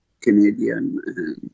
Canadian